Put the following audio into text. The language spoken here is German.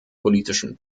politischen